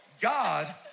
God